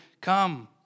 Come